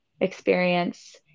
experience